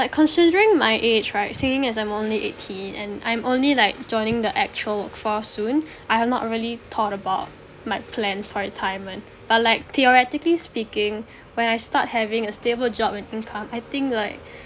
like considering my age right seeing as I'm only eighteen and I'm only like joining the actual workforce soon I have not really thought about my plans for retirement but like theoretically speaking when I start having a stable job and income I think like